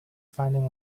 finding